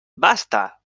basta